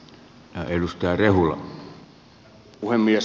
herra puhemies